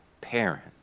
parent